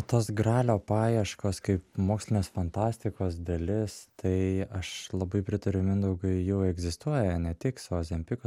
tos gralio paieškos kaip mokslinės fantastikos dalis tai aš labai pritariu mindaugai jau egzistuoja ne tik su ozempiko